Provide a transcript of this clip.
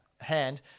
hand